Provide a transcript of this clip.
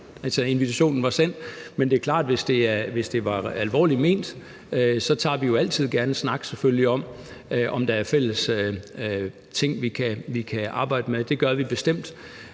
at invitationen var sendt. Men det er klart, at hvis det var alvorligt ment, tager vi selvfølgelig som altid gerne en snak om, om der er fælles ting, vi kan arbejde med. Det gør vi bestemt.